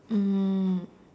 mm